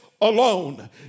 alone